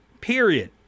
Period